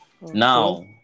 now